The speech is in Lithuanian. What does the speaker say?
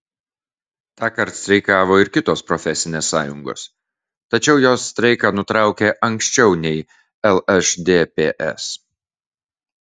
tąkart streikavo ir kitos profesinės sąjungos tačiau jos streiką nutraukė anksčiau nei lšdps